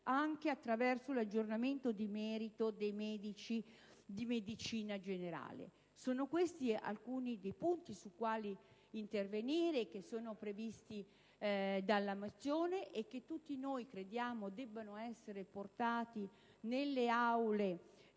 anche attraverso l'aggiornamento di merito dei medici di medicina generale. Sono questi alcuni dei punti sui quali intervenire che sono previsti dalla mozione e che tutti noi crediamo debbano essere portati nella